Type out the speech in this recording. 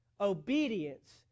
obedience